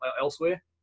elsewhere